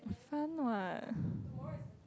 fun what